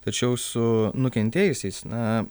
tačiau su nukentėjusiais na